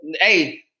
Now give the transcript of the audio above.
Hey